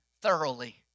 thoroughly